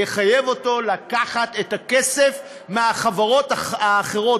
לחייב אותו לקחת כסף מהחברות האחרות,